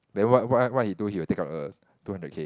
then what what what he do he will take out the two hundred K